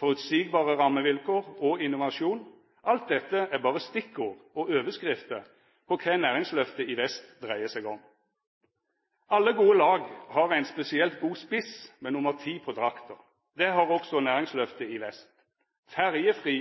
føreseielege rammevilkår og innovasjon – alt dette er berre stikkord og overskrifter på kva Næringsløftet i Vest dreiar seg om. Alle gode lag har ein spesielt god spiss med nr. 10 på drakta. Det har også Næringsløftet i Vest: ferjefri